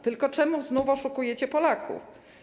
Tylko czemu znów oszukujecie Polaków?